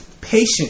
patient